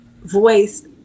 voice